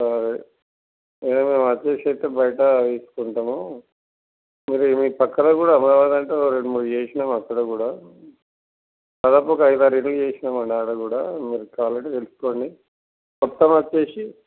సరే మేము వచ్చేసి అయితే బయట తీసుకుంటాము మీరు మీ ప్రక్కన కూడా అమరావాది అంటే ఓ రెండు మూడు చేసినాము అక్కడ కూడా దాదాపు ఒక ఐదు ఆరు ఇల్లులు చేసినాము అండి అక్కడ కూడా మీరు కావాలి అంటే తెలుసుకోండి మొత్తం వచ్చేసి